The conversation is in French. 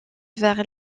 vers